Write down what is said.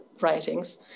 writings